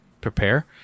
prepare